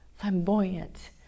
flamboyant